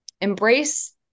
embrace